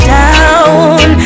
down